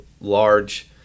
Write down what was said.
large